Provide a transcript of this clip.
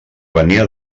venia